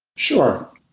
sure.